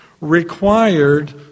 required